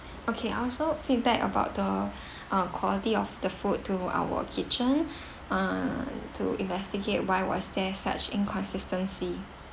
okay I'll also feedback about the uh quality of the food to our kitchen uh to investigate why was there such inconsistency